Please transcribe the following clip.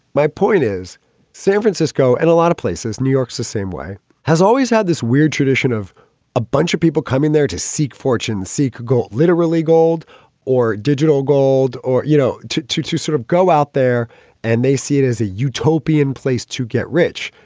my point is san francisco and a lot of places. new york's the same way has always had this weird tradition of a bunch of people coming there to seek fortune, seek gold, literally gold or digital gold or, you know, to to to sort of go out there and they see it as a utopian place to get rich.